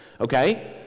okay